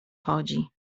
chodzi